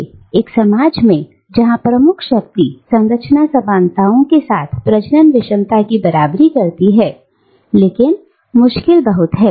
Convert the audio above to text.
उदाहरण के लिए एक समाज में जहां प्रमुख शक्ति संरचना सामान्यता के साथ प्रजनन विषमता की बराबरी करती हैसमलैंगिकों के अधिकारों के संबंध में विचार धारा उत्पन्न करने के लिए यदि सभी एक साथ असंभव नहीं है लेकिन मुश्किल बहुत है